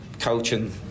coaching